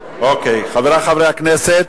אוקיי, חברי חברי הכנסת,